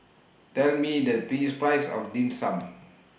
Tell Me The P Price of Dim Sum